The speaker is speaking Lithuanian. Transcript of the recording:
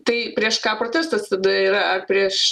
tai prieš ką protestas tada yra ar prieš